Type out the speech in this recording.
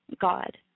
God